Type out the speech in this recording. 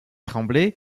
tremblay